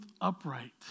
upright